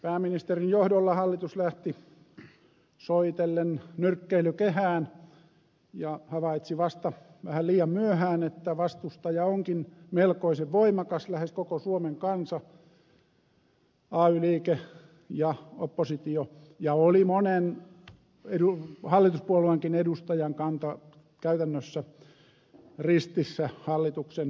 pääministerin johdolla hallitus lähti soitellen nyrkkeilykehään ja havaitsi vasta vähän liian myöhään että vastustaja onkin melkoisen voimakas lähes koko suomen kansa ay liike ja oppositio ja oli monen hallituspuolueenkin edustajan kanta käytännössä ristissä hallituksen linjauksen kanssa